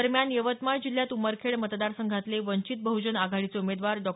दरम्यान यवतमाळ जिल्ह्यात उमरखेड मतदार संघातले वंचित बहजन आघाडीचे उमेदवार डॉ